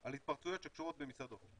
על התפרצויות שקשורות במסעדות,